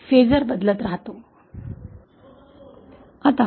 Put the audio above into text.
आणि फेसर बदलतच राहतो